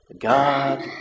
God